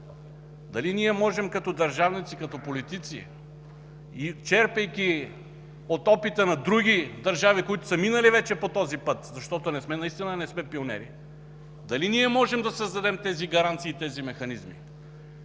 „Дали ние можем, като държавници, като политици, черпейки от опита на други държави, които са минали вече по този път, защото наистина не сме пионери, а дали ние можем да създадем тези гаранции и тези механизми?”.